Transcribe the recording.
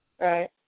Right